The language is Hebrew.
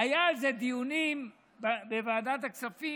היו על זה דיונים קשים מנשוא בוועדת הכספים.